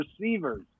receivers